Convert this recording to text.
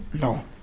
No